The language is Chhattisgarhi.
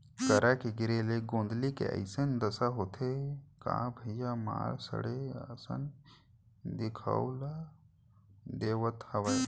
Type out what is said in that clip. करा के गिरे ले गोंदली के अइसने दसा होथे का भइया मार सड़े असन दिखउल देवत हवय